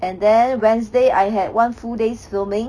and then wednesday I had one full days filming